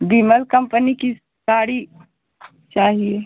विमल company की साड़ी चाहिए